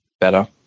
better